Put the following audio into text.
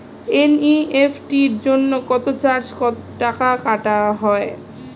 NEFT জন্য কত charge কাটা হয়?